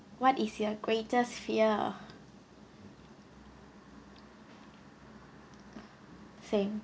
what is your greatest fear same